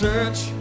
Search